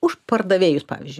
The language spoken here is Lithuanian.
už pardavėjus pavyzdžiui